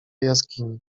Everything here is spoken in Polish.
jaskini